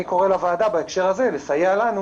אני קורא לוועדה בהקשר הזה לסייע לנו